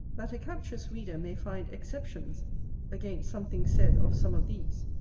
that a captious reader may find exceptions against something said of some of these